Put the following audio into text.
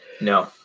No